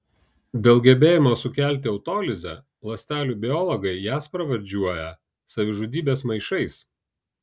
dėl gebėjimo sukelti autolizę ląstelių biologai jas pravardžiuoja savižudybės maišais